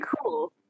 cool